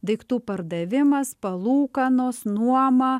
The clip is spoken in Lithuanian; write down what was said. daiktų pardavimas palūkanos nuoma